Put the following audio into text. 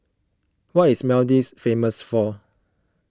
what is Maldives famous for